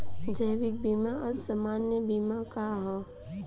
जीवन बीमा आ सामान्य बीमा का ह?